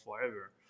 forever